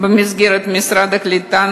במסגרת משרד הקליטה,